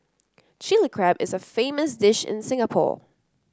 Chilli Crab is a famous dish in Singapore